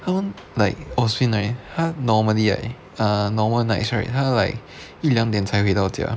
他们 like austin right 他 normally right uh normal nights right 一两点才回到家